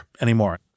anymore